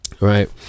right